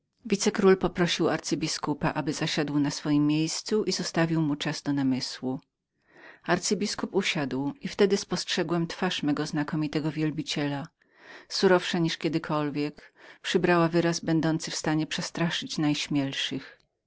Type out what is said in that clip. zamiary wicekról poprosił arcybiskupa aby zasiadł na swojem miejscu i zostawił mu czas do namysłu arcybiskup usiadł i wtedy spostrzegłem twarz mego znakomitego wielbiciela która surowsza niż kiedykolwiek przybrała wyraz będący w stanie